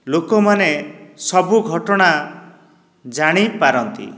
ଲୋକମାନେ ସବୁ ଘଟଣା ଜାଣି ପାରନ୍ତି